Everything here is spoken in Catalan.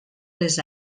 les